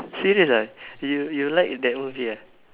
serious ah you you like that movie ah